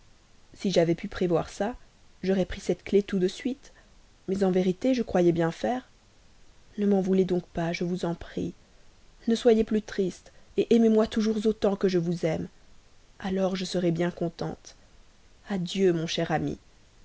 si j'avais pu prévoir ça j'aurais pris cette clef tout de suite mais en vérité je croyais bien faire ne m'en voulez donc pas je vous en prie ne soyez plus triste aimez-moi toujours autant que je vous aime alors je serai bien contente adieu mon cher ami